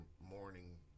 morning